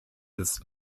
des